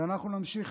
ואנחנו נמשיך